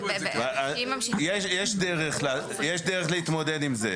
יש דרך להתמודד עם זה.